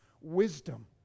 wisdom